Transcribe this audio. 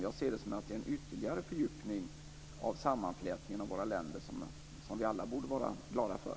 Jag ser det tvärtom som ytterligare en fördjupning av samarbetet mellan våra länder, något vi alla borde vara glada för.